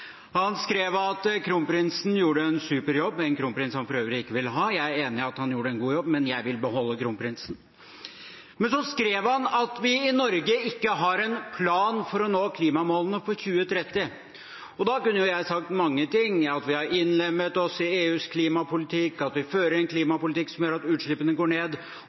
Han skrev at kronprinsen gjorde en super jobb – en kronprins han for øvrig ikke vil ha. Jeg er enig i at han gjorde en god jobb, men jeg vil beholde kronprinsen. Men så skrev han at vi i Norge ikke har en plan for å nå klimamålene for 2030. Da kunne jeg sagt mange ting, at vi har innlemmet oss i EUs klimapolitikk, at vi fører en klimapolitikk som gjør at klimautslippene går ned,